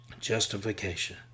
justification